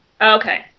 Okay